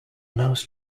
most